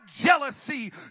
jealousy